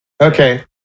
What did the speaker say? Okay